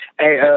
Hey